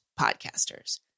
podcasters